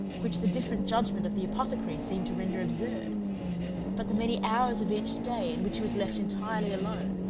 which the different judgment of the apothecary seemed to render absurd but the many hours of each day in which he was left entirely alone,